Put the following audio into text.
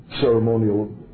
ceremonial